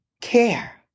care